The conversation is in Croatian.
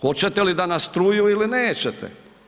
Hoćete li da nas truju ili nećete.